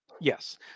Yes